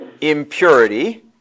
Impurity